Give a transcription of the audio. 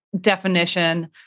definition